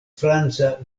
franca